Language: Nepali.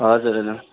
हजुर हजुर